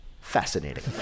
fascinating